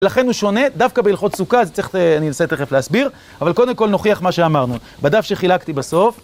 לכן הוא שונה, דווקא בהלכות סוכה, זה צריך, אני אנסה תכף להסביר, אבל קודם כל נוכיח מה שאמרנו, בדף שחילקתי בסוף.